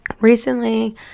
recently